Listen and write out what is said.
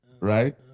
right